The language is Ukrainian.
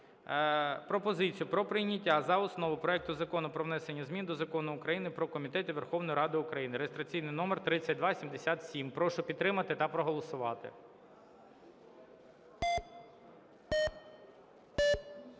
пропозицію про прийняття за основу проекту Закону про внесення змін до Закону України "Про комітети Верховної Ради України" (реєстраційний номер 3277). Прошу підтримати та проголосувати.